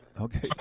Okay